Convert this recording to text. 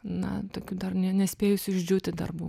na tokių dar ne nespėjusių išdžiūti darbų